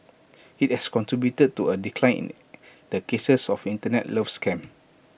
IT has contributed to A decline in the cases of Internet love scams